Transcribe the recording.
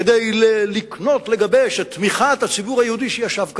כדי לקנות ולגבש את תמיכת הציבור היהודי שישב כאן,